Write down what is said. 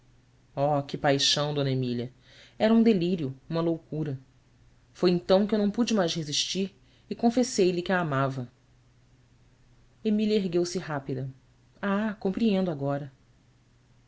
oh que paixão d emília era um delírio uma loucura foi então que eu não pude mais resistir e confessei-lhe que a amava emília ergueu-se rápida h compreendo agora